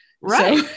Right